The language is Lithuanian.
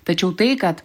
tačiau tai kad